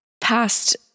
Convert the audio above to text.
past